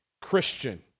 Christian